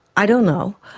i don't know,